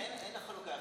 אין חלוקה,